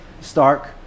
stark